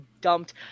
dumped